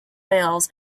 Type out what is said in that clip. bales